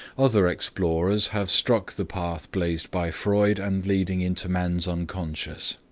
other explorers have struck the path blazed by freud and leading into man's unconscious.